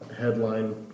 headline